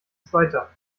zweiter